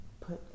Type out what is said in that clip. put